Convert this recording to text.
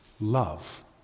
Love